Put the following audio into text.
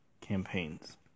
campaigns